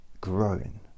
growing